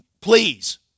please